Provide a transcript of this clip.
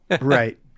Right